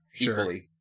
equally